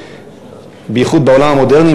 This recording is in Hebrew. בייחוד בעולם המודרני,